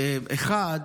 דבר אחד,